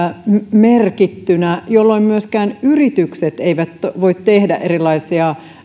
merkittyinä jolloin myöskään yritykset eivät voi tehdä erilaisia